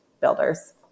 builders